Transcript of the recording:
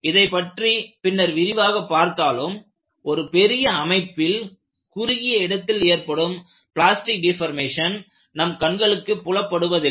இதைப் பற்றி பின்னர் விரிவாக பார்த்தாலும் ஒரு பெரிய அமைப்பில் குறுகிய இடத்தில் ஏற்படும் பிளாஸ்டிக் டெபோர்மேஷன் நம் கண்களுக்குப் புலப்படுவதில்லை